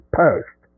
post